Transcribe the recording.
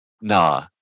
nah